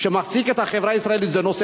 הנה, הנה.